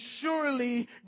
surely